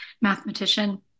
mathematician